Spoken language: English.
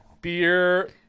beer